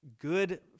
good